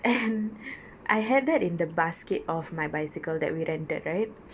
and I had that in the basket of my bicycle that we rented right